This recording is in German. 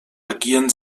agieren